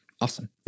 awesome